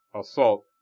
assault